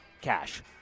cash